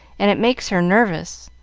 and it makes her nervous.